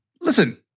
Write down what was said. listen